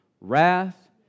wrath